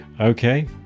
Okay